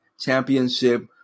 Championship